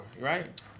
Right